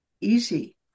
easy